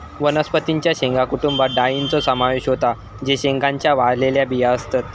वनस्पतीं च्या शेंगा कुटुंबात डाळींचो समावेश होता जे शेंगांच्या वाळलेल्या बिया असतत